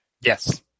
Yes